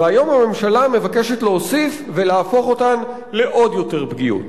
והיום הממשלה מבקשת להוסיף ולהפוך אותן לעוד יותר פגיעות.